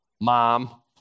Mom